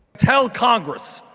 tell congress,